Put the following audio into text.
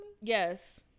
Yes